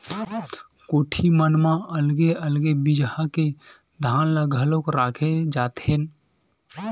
कोठी मन म अलगे अलगे बिजहा के धान ल घलोक राखे जाथेन